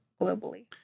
globally